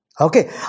Okay